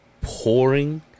pouring